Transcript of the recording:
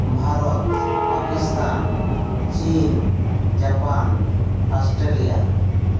ᱵᱷᱟᱨᱚᱛ ᱯᱟᱹᱠᱤᱥᱛᱷᱟᱱ ᱪᱤᱱ Japan Australia